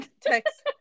text